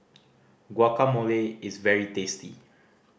guacamole is very tasty